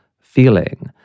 feeling